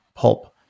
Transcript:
pulp